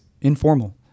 informal